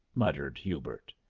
muttered hubert.